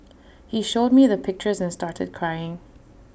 he showed me the pictures and started crying